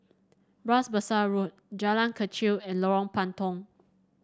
Bras Basah Road Jalan Kechil and Lorong Puntong